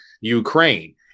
Ukraine